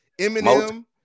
Eminem